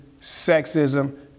sexism